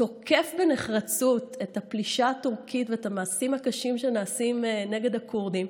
תוקף בנחרצות את הפלישה הטורקית ואת המעשים הקשים שנעשים נגד הכורדים,